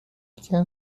can